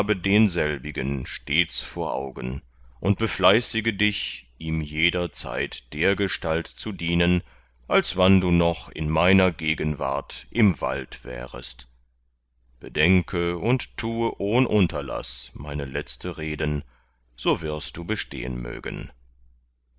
denselbigen stets vor augen und befleißige dich ihm jederzeit dergestalt zu dienen als wann du noch in meiner gegenwart im wald wärest bedenke und tue ohn unterlaß meine letzte reden so wirst du bestehen mögen